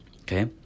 Okay